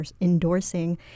endorsing